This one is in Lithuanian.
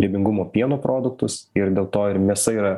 riebingumo pieno produktus ir dėl to ir mėsa yra